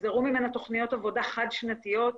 נגזרו ממנה תכניות עבודה חד שנתיות.